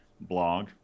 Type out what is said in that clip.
blog